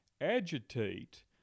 agitate